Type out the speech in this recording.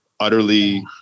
Utterly